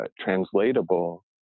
translatable